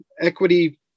equity –